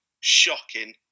Shocking